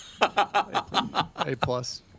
A-plus